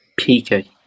PK